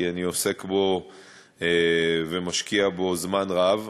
כי אני עוסק בו ומשקיע בו זמן רב.